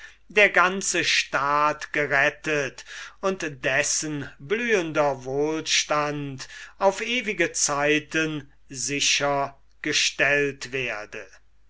der ganze staat gerettet und dessen blühender wohlstand auf ewige zeiten sicher gestellt werde